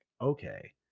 Okay